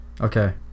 Okay